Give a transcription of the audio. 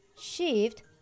shift